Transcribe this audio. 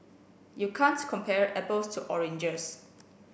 you can't compare apples to oranges